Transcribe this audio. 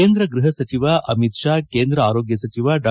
ಕೇಂದ್ರ ಗ್ಲಹ ಸಚಿವ ಅಮಿತ್ ಶಾ ಕೇಂದ್ರ ಆರೋಗ್ಲ ಸಚಿವ ಡಾ